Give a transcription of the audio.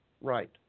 right